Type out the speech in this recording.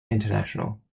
international